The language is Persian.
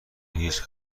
هیچ